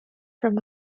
from